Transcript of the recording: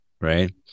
Right